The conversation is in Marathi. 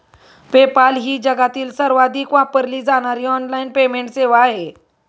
पेपाल ही जगातील सर्वाधिक वापरली जाणारी ऑनलाइन पेमेंट सेवा आहे